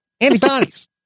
Antibodies